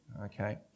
okay